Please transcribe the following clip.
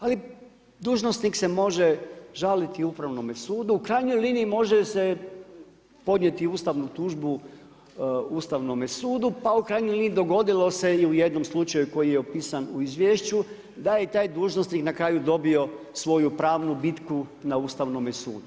Ali, dužnosnik se može žaliti Upravnome sudu, u krajnjoj liniji, može se podnijeti ustavnu tužbu Ustavnome sudu, pa u krajnjoj liniji, dogodilo se i u jednom slučaju koji je opisan u izvješću, da je taj dužnosnik, na kraju dobio svoju pravnu bitku na Ustavnome sudu.